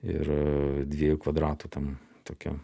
ir dviejų kvadratų tam tokia